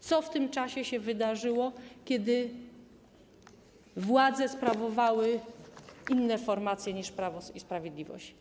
Co w tym czasie się wydarzyło, kiedy władzę sprawowały inne formacje niż Prawo i Sprawiedliwość?